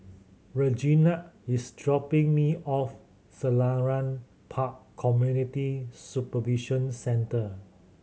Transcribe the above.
reginald is dropping me off Selarang Park Community Supervision Centre